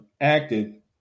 acted